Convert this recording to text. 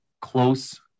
close